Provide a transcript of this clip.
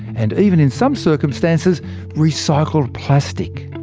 and even in some circumstances recycled plastic.